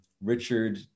Richard